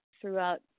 throughout